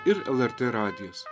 ir lrt radijas